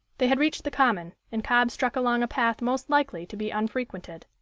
they had reached the common, and cobb struck along a path most likely to be unfrequented.